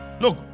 look